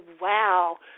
Wow